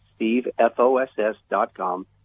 stevefoss.com